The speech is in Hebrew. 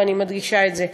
ואני מדגישה את זה,